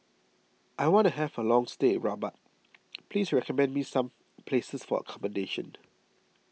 I wanna have a long stay in Rabat please recommend me some places for accommodation